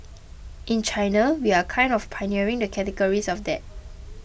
in China we are kind of pioneering the categories of that